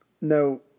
No